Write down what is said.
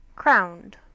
Crowned